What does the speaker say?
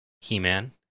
He-man